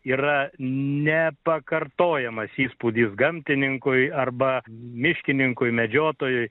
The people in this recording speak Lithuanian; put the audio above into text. yra nepakartojamas įspūdis gamtininkui arba miškininkui medžiotojui